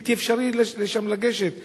בלתי אפשרי לגשת אליו,